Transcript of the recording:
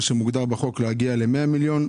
מה שמוגדר בחוק להגיע ל-100 מיליון.